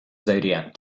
zodiac